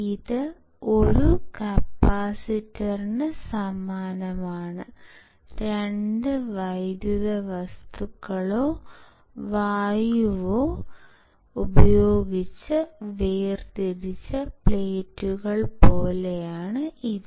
ഇത് ഒരു കപ്പാസിറ്ററിന് സമാനമാണ് 2 വൈദ്യുത വസ്തുക്കളോ വായുവോ ഉപയോഗിച്ച് വേർതിരിച്ച പ്ലേറ്റുകൾ പോലെയാണ് ഇവ